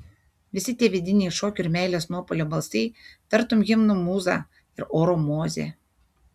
visi tie vidiniai šokio ir meilės nuopuolio balsai tartum himnų mūza ir oro mozė